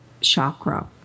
chakra